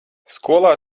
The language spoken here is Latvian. skolā